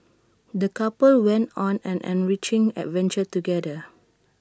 the couple went on an enriching adventure together